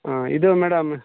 ಹಾಂ ಇದು ಮೇಡಮ್